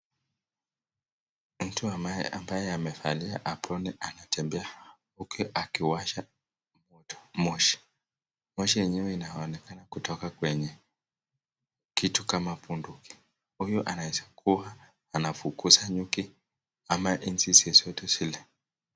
Mtu ambaye amevalia aproni anatembea huku akiwa amewasha moshi, moshi yenye inaonekana kutoka kwenye kitu kama bunduki huyu anaweza kua anafukuza nyuki ama nzi zozote zile.